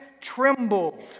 trembled